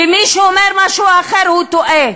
ומי שאומר משהו אחר, טועה.